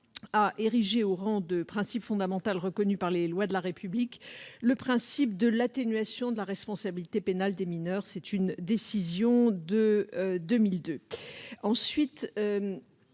a érigé au rang de principe fondamental reconnu par les lois de la République le principe de l'atténuation de la responsabilité pénale des mineurs- c'est une décision de 2002.